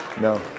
no